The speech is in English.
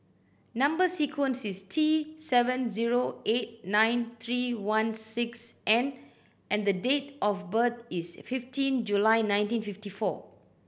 number sequence is T seven zero eight nine three one six N and date of birth is fifteen July nineteen fifty four